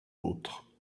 autres